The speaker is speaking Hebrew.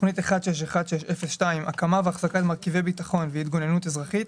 תוכנית 1616-02 הקמה והחזקת מרכיבי ביטחון והתגוננות אזרחית: